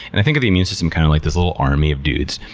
and i think of the immune system kind of like this little army of dudes.